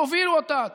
תובילו אותה,